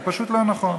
זה פשוט לא נכון.